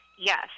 Yes